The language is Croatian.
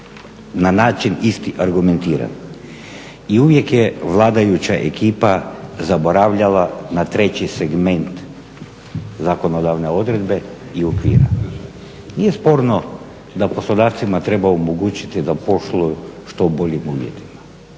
na način isti argumentiran. I uvijek je vladajuća ekipa zaboravljala na treći segment zakonodavne odredbe i okvire. Nije sporno da poslodavcima treba omogućiti da posluju u što boljim uvjetima.